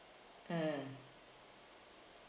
mm